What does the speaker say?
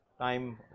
time